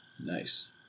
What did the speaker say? Nice